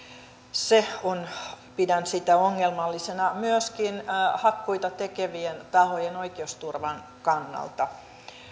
pidän ongelmallisena myöskin hakkuita tekevien tahojen oikeusturvan kannalta